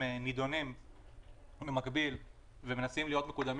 שנידונים במקביל ומנסים להיות מקודמים